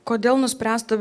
kodėl nuspręsta